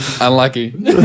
unlucky